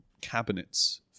cabinets